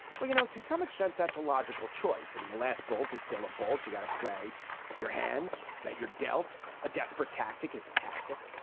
but, you know, to some extent, that's a logical choice. i mean, the last bullet is still a bullet. you got to play your hand that you're dealt a desperate tactic as a tactic.